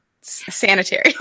Sanitary